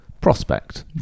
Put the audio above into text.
prospect